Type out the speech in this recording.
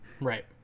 right